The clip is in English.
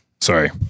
Sorry